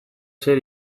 zer